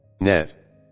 Net